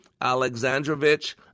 Alexandrovich